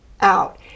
out